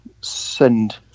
send